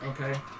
Okay